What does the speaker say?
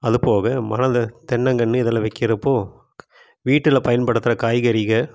அதுப்போக மணல் தென்னங்கன்று இதெல்லாம் வைக்கிறப்போ வீட்டில் பயன்படுத்துகிற காய்கறிகள்